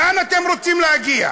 לאן אתם רוצים להגיע?